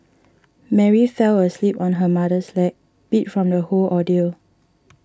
Mary fell asleep on her mother's lap beat from the whole ordeal